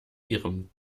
ihrem